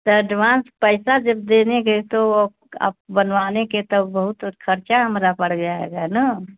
तो एडवान्स पैसा जब देने गए तो अब आप बनवाने का तो बहुत खर्चा हमरा पड़ जाएगा ना